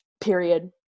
period